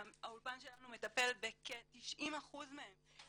והאולפן שלנו מטפל בכ-90% מהם.